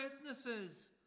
witnesses